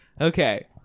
Okay